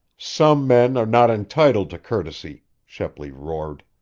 some men are not entitled to courtesy, shepley roared.